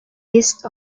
list